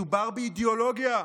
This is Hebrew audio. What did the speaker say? מדובר באידיאולוגיה,